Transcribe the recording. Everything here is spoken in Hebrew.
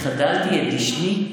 החדלתי את דשני,